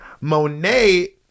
Monet